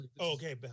okay